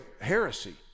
heresy